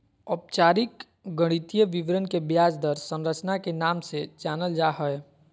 औपचारिक गणितीय विवरण के ब्याज दर संरचना के नाम से जानल जा हय